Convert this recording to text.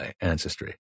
ancestry